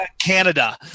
Canada